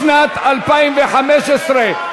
לשנת התקציב 2015,